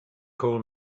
call